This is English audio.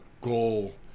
goal